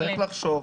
צריך לחשוב.